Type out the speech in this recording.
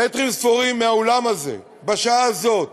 מטרים ספורים מהאולם הזה, בשעה הזאת,